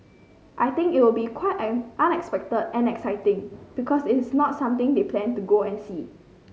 I think it will be quite unexpected and exciting because it's not something they plan to go and see